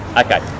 Okay